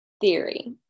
theory